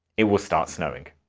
it will start snowing.